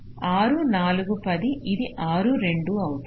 6 4 10 ఇది 6 2 అవుతుంది